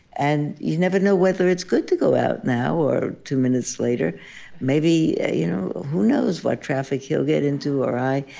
and you never know whether it's good to go out now or two minutes later maybe, you know, who knows what traffic he'll get into or i.